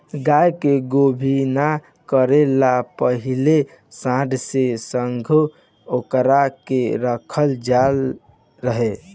गाय के गोभिना करे ला पाहिले सांड के संघे ओकरा के रखल जात रहे